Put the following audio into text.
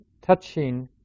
touching